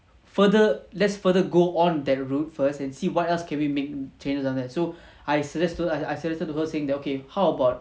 further let's further go on that route first and see what else can we make changes on that so I suggest to her I suggested to her saying that okay how about